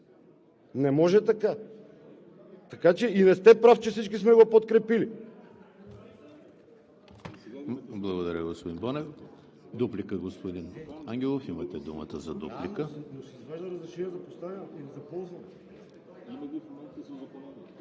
Не може така. Така че не сте прав, че всички сме го подкрепили.